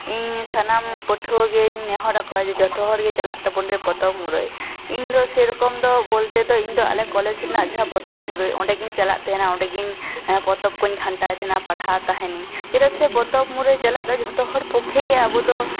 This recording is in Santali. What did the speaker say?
ᱤᱧ ᱥᱟᱱᱟᱢ ᱯᱟᱹᱴᱷᱩᱶᱟᱹ ᱜᱮᱧ ᱱᱮᱦᱚᱨ ᱟᱠᱚᱣᱟ ᱡᱮ ᱡᱚᱛᱚ ᱦᱚᱲ ᱜᱮ ᱪᱟᱞᱟᱜ ᱛᱟᱵᱚᱱ ᱯᱮ ᱯᱚᱛᱚᱵ ᱢᱩᱨᱟᱹᱭ ᱤᱧ ᱫᱚ ᱥᱮᱨᱚᱠᱚᱢ ᱫᱚ ᱵᱳᱞᱛᱮ ᱫᱚ ᱤᱧ ᱫᱚ ᱟᱞᱮ ᱠᱚᱞᱮᱡ ᱨᱮᱱᱟ ᱡᱟᱦᱟ ᱯᱚᱛᱚᱵ ᱢᱩᱨᱟᱹᱭ ᱚᱸᱰᱮ ᱜᱮᱤᱧ ᱪᱟᱞᱟᱜ ᱛᱟᱦᱮᱸᱱᱟ ᱚᱸᱰᱮ ᱜᱮᱧ ᱯᱚᱛᱚᱵ ᱠᱚᱧ ᱜᱷᱟᱱᱴᱟᱭ ᱛᱟᱦᱮᱸᱱᱟ ᱯᱟᱲᱦᱟᱣ ᱛᱟᱦᱮᱸᱱᱤᱧ ᱪᱮᱫᱟᱜ ᱥᱮ ᱯᱚᱛᱚᱵ ᱢᱩᱨᱟᱹᱭ ᱪᱟᱞᱟᱜ ᱫᱚ ᱡᱷᱚᱛᱚ ᱦᱚᱲ ᱯᱚᱠᱠᱷᱮ ᱜᱮ ᱟᱵᱚᱫᱚ